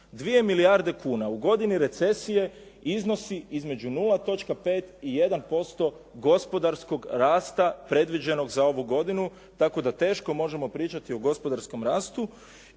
2 milijarde kuna u godini recesije iznosi između 0,5 i 1% gospodarskog rasta predviđenog za ovu godinu, tako da teško možemo pričati o gospodarskom rastu